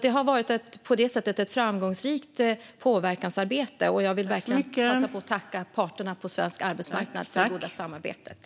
Det har på det sättet varit ett framgångsrikt påverkansarbete, och jag vill verkligen passa på att tacka parterna på svensk arbetsmarknad för det goda samarbetet.